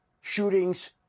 Shootings